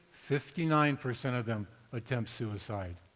fifty nine percent of them attempt suicide.